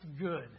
good